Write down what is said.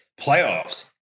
playoffs